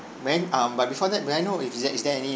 ma'am um but before that may I know if there is there any